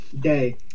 day